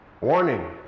warning